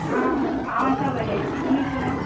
हां हांव आसा बरें तुमी कोण